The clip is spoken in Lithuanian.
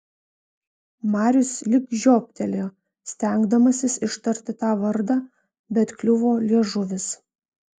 marius lyg žioptelėjo stengdamasis ištarti tą vardą bet kliuvo liežuvis